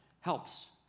Helps